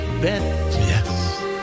Yes